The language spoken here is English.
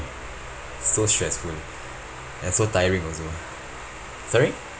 so stressful and so tiring also sorry